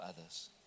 others